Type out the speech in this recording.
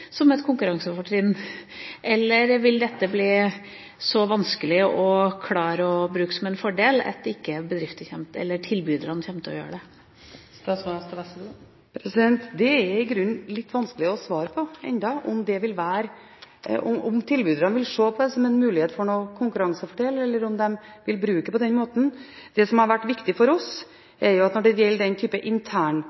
som et konkurransefortrinn, eller vil dette bli så vanskelig å bruke som en fordel at tilbyderne ikke kommer til å gjøre det? Det er i grunnen ennå litt vanskelig å svare på om tilbyderne vil se på dette som en mulig konkurransefordel, om de vil bruke det på den måten. Når det gjelder den type internkommunikasjon som rutes via et tredje land – i dette tilfellet ofte Sverige – er det viktig for oss